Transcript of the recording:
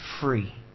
free